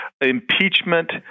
impeachment